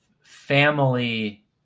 family